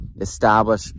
establish